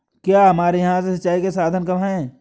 क्या हमारे यहाँ से सिंचाई के साधन कम है?